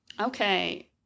Okay